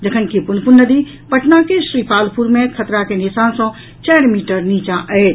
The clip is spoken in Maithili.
जखनकि पुनपुन नदी पटना के श्रीपालपुर मे खतरा के निशान सॅ चारि मीटर नीचा अछि